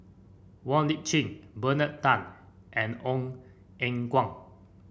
Wong Lip Chin Bernard Tan and Ong Eng Guan